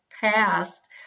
past